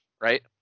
right